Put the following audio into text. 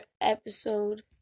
episode